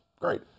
Great